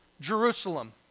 Jerusalem